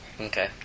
Okay